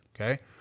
Okay